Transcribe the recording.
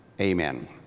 amen